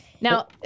Now